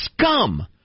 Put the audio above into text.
scum